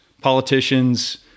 politicians